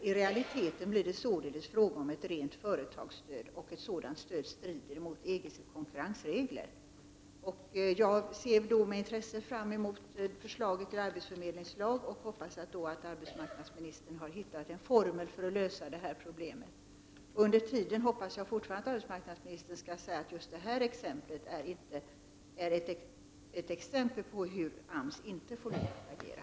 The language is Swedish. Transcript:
I realiteten blir det således fråga om ett rent företagsstöd.” Ett sådant stöd strider mot EGs konkurrensregler. Jag ser med intresse fram emot förslaget om en ny arbetsförmedlingslag och hoppas att arbetsmarknadsministern skall hitta en formel för hur det här problemet kan lösas. Tills vidare hoppas jag att arbetsmarknadsministern skall säga att just det här exemplet visar hur AMS inte får agera.